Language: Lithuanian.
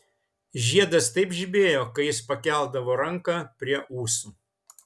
žiedas taip žibėjo kai jis pakeldavo ranką prie ūsų